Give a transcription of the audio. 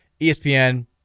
ESPN